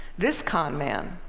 this con man,